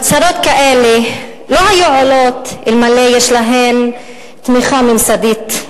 הצהרות כאלה לא היו עולות אלמלא יש להן תמיכה ממסדית.